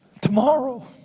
Tomorrow